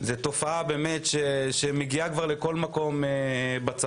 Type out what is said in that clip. מדובר בתופעה שמגיעה כבר לכל מקום בצפון.